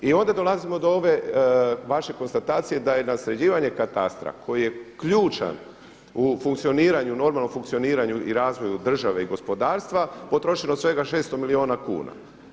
I onda dolazimo do ove vaše konstatacije da je na sređivanje katastra koji je ključan u funkcioniranju, normalnom funkcioniranju i razvoju države i gospodarstva potrošeno svega 600 milijuna kuna.